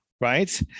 right